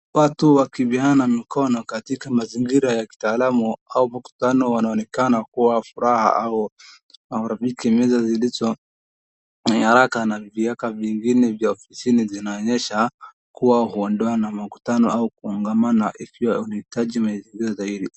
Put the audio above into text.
Watu wakipeana mkono katika mazingira ya kitaalamu au mkutano wanaonekana kuwa na furaha au urafiki. Nyuzo zilizo na nyaraka na vifaa vingine vya ofisini zinaonyesha kuwa huenda ni mkutano au kongamano. Ikiwa unahitaji maelezo zaidi.